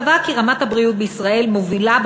קבע כי רמת הבריאות בישראל מובילה,